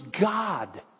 God